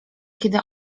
kiedy